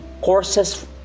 courses